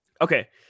Okay